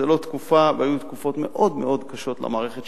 היו תקופות מאוד קשות למערכת,